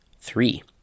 Three